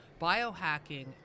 Biohacking